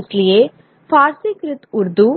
इसलिए फ़ारसीकृत उर्दू